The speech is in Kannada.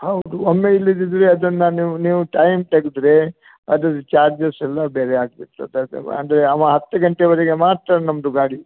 ಹೌದು ಒಮ್ಮೆ ಇಲ್ಲದಿದ್ದರೆ ಅದನ್ನು ನೀವು ನೀವು ಟೈಮ್ ತೆಗೆದ್ರೆ ಅದು ಚಾರ್ಜಸ್ ಎಲ್ಲ ಬೇರೆ ಆಗ್ಬಿಡ್ತದೆ ಅದು ಅಂದರೆ ಅವ ಹತ್ತು ಗಂಟೆವರೆಗೆ ಮಾತ್ರ ನಮ್ಮದು ಗಾಡಿ